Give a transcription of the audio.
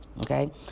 Okay